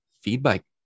feedback